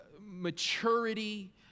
maturity